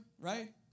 right